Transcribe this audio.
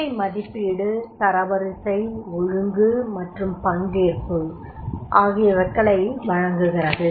வேலை மதிப்பீடு தரவரிசை ஒழுங்கு மற்றும் பங்கேற்பு களை வழங்குகிறது